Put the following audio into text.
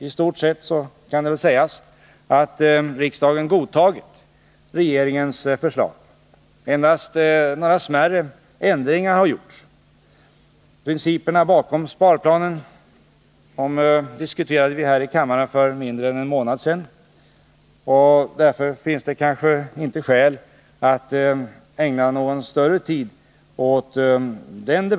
I stort sett kan det sägas att riksdagen godtagit regeringens förslag. Endast några smärre ändringar har gjorts. Principerna bakom sparplanen diskuterade vi här i kammaren för mindre än en månad sedan, och det finns därför inte skäl att nu ägna någon större tid åt detta.